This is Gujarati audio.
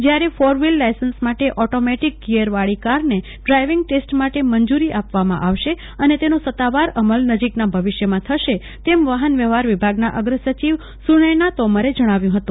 જ્યારે કોર વ્હીલ લાઈસન્સ માટે ઓંટોમેટિક ગીયરવાળી કારને ડ્રાઈવિંગ ટેસ્ટ માટે મંજૂરી આપવામાં આવશે અને તેનો સત્તાવાર એમલ નજીકનાં ભવિષ્યમાં થશે તેમ વાહન વ્યવહાર વિભાગના અગ્રસચિવ સુનયના તોમરે જણાવ્યું હતું